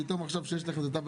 פתאום עכשיו אתה לא מעביר,